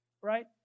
right